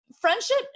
friendship